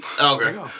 Okay